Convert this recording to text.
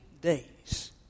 days